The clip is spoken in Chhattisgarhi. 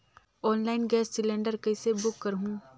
ऑनलाइन गैस सिलेंडर कइसे बुक करहु?